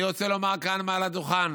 אני רוצה לומר כאן מעל הדוכן